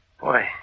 Boy